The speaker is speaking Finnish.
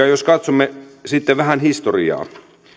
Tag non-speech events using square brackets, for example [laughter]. [unintelligible] jos katsomme sitten vähän historiaa